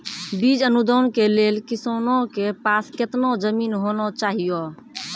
बीज अनुदान के लेल किसानों के पास केतना जमीन होना चहियों?